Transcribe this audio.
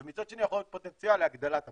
ומצד שני זה יכול להיות פוטנציאל להגדלת הפער.